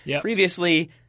previously